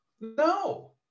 No